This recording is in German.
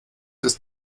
des